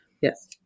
Yes